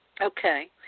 okay